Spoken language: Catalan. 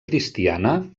cristiana